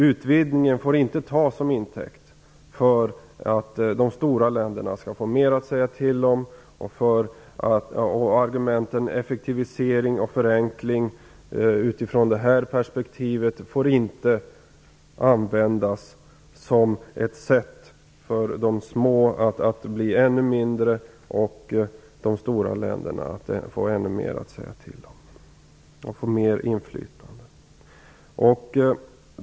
Utvidgningen får alltså inte tas som intäkt för att de stora länderna skall få mer att säga till om. Argumenten om effektivisering och förenkling från det här perspektivet får inte användas som ett sätt att göra de små länderna ännu mindre, som ett sätt för de stora länderna att få ännu mer att säga till om och att få mer inflytande.